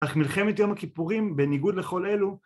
אך מלחמת יום הכיפורים בניגוד לכל אלו